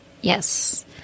Yes